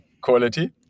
quality